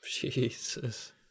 jesus